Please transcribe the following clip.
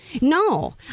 No